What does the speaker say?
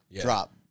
drop